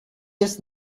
jest